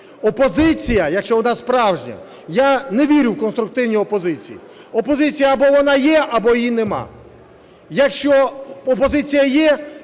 Опозиція, якщо вона справжня, я не вірю в конструктивні опозиції, опозиція або вона є, або її немає. Якщо опозиція є,